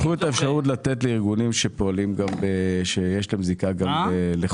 פתחו את האפשרות לתת לארגונים שיש להם זיקה לחוץ